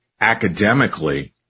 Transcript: academically